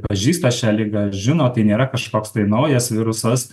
pažįsta šią ligą žino tai nėra kažkoks tai naujas virusas